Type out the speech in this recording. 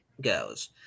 goes